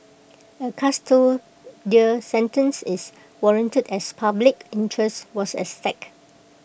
A custodial sentence is warranted as public interest was at stake